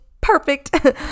Perfect